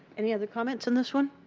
any other comments on this one?